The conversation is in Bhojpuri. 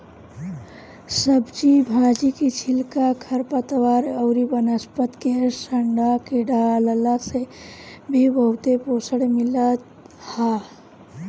सब्जी भाजी के छिलका, खरपतवार अउरी वनस्पति के सड़आ के डालला से भी बहुते पोषण मिलत ह